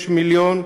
6 מיליון,